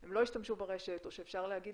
שהם לא ישתמשו ברשת או שאפשר להגיד